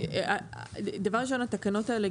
דבר ראשון התקנות האלה,